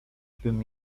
bym